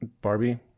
Barbie